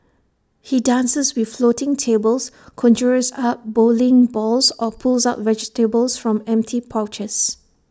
he dances with floating tables conjures up bowling balls or pulls out vegetables from empty pouches